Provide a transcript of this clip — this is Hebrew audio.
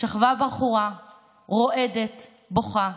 שכבה בחורה רועדת, בוכה,